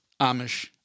Amish